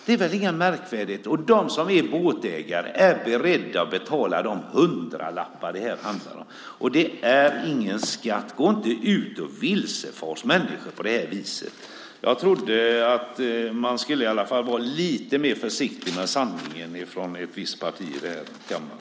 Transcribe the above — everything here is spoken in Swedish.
Det är väl inget märkvärdigt. De som är båtägare är beredda att betala de hundralappar det handlar om. Det är ingen skatt. Gå inte ut och vilseför människor på det här viset. Jag trodde att man skulle vara lite mer försiktig med sanningen från ett visst parti i kammaren.